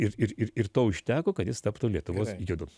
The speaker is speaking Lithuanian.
ir ir ir ir to užteko kad jis taptų lietuvos judu